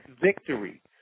victory